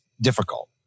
difficult